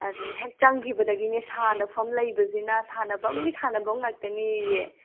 ꯑꯗꯨ ꯍꯦꯛ ꯆꯪꯈꯤꯕꯗꯒꯤꯅꯦ ꯁꯥꯟꯅꯐꯝ ꯂꯩꯕꯁꯤꯅ ꯁꯥꯟꯅꯐꯝꯒꯤ ꯁꯥꯟꯅꯐꯝ ꯉꯥꯛꯇꯅꯦꯌꯦ